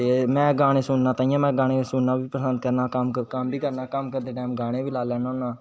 ते में गाने सुनना ताइयै में गाने सुनना बी पसंद करना कम्म बी करना कम करदे टाइम गाने बी लाई लेना होना